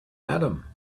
adam